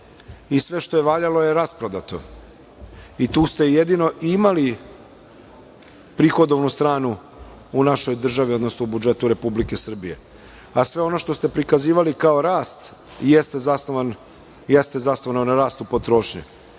I sve što je valjalo je rasprodato. Tu ste jedino imali prihodovnu stranu u našoj državi, odnosno u budžetu Republike Srbije. Sve ono što ste prikazivali kao rast jeste zasnovano na rastu potrošnje. Godine